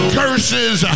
curses